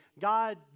God